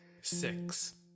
six